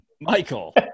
Michael